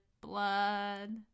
blood